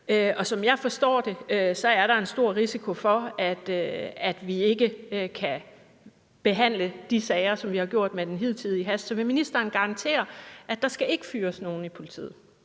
Som jeg forstår det, er der en stor risiko for, at vi ikke kan behandle de sager, som vi har gjort med den hidtidige hast. Så vil ministeren garantere, at der ikke skal fyres nogen i politiet?